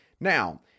Now